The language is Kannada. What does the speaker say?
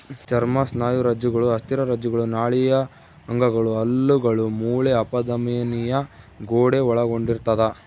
ಚರ್ಮ ಸ್ನಾಯುರಜ್ಜುಗಳು ಅಸ್ಥಿರಜ್ಜುಗಳು ನಾಳೀಯ ಅಂಗಗಳು ಹಲ್ಲುಗಳು ಮೂಳೆ ಅಪಧಮನಿಯ ಗೋಡೆ ಒಳಗೊಂಡಿರ್ತದ